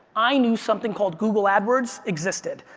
i knew something called google ad words existed.